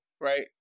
Right